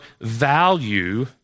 value